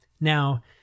Now